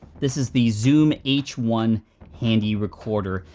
this is the zoom h one handy recorder.